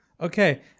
Okay